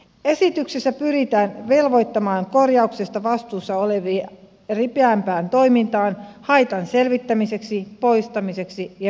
esityksessä pyritään velvoittamaan korjauksesta vastuussa olevia ripeämpään toimintaan haitan selvittämiseksi poistamiseksi ja rajoittamiseksi